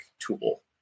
tool